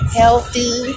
healthy